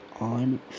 on